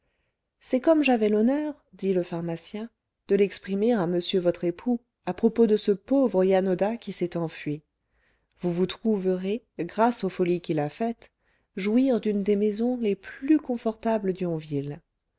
c'est comme j'avais l'honneur dit le pharmacien de l'exprimer à m votre époux à propos de ce pauvre yanoda qui s'est enfui vous vous trouverez grâce aux folies qu'il a faites jouir d'une des maisons les plus confortables d'yonville